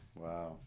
Wow